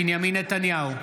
בנימין נתניהו,